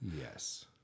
Yes